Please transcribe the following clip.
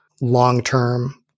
long-term